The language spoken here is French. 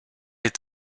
est